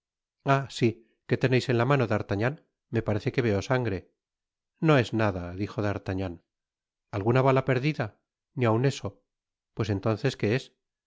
sí qué teneis en la mano d'artagnan me parece que veo sangre no es nada dijo d'artagnan alguna bala perdida ni aun eso pues entonces qué es